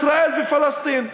ישראל ופלסטין.